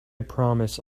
promise